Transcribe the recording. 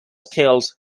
scales